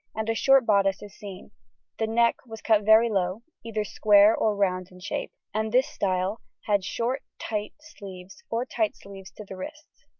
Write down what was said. and a short bodice is seen the neck was cut very low, either square or round in shape, and this style had short tight sleeves or tight sleeves to the wrist.